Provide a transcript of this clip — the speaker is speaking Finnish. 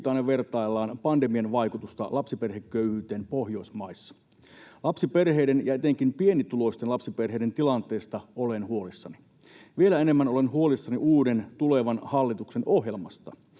ja vertaillaan pandemian vaikutusta lapsiperheköyhyyteen Pohjoismaissa. Lapsiperheiden ja etenkin pienituloisten lapsiperheiden tilanteesta olen huolissani. Vielä enemmän olen huolissani uuden, tulevan hallituksen ohjelmasta